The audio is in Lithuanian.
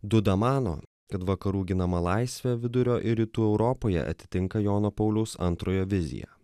duda mano kad vakarų ginama laisvė vidurio ir rytų europoje atitinka jono pauliaus antrojo viziją